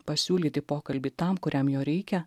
pasiūlyti pokalbį tam kuriam jo reikia